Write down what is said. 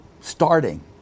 starting